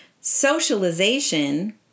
Socialization